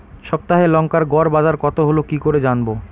সপ্তাহে লংকার গড় বাজার কতো হলো কীকরে জানবো?